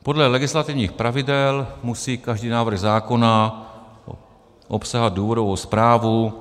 Podle legislativních pravidel musí každý návrh zákona obsahovat důvodovou zprávu...